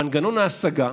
מנגנון ההשגה.